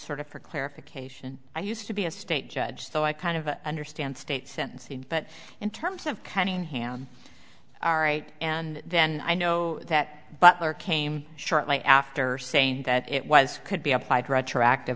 sort of for clarification i used to be a state judge so i kind of understand state since but in terms of cunningham all right and then i know that butler came shortly after saying that it was could be applied retroactive